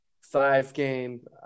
five-game